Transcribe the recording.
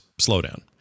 slowdown